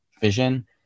vision